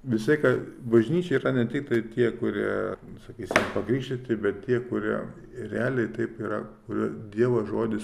visą laiką bažnyčia yra ne tiktai tie kurie sakysim pakrikštyti bet tie kurie realiai taip yra kurio dievo žodis